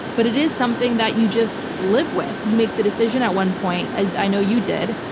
but it is something that you just live with. you make the decision at one point, as i know you did.